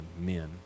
men